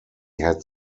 had